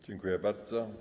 Dziękuję bardzo.